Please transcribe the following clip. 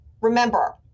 remember